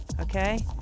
Okay